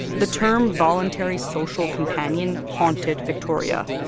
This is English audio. the term voluntary social companion haunted victoria.